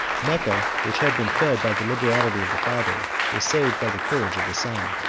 mecca, which had been fed by the liberality of the father, was saved by the courage of the son.